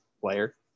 player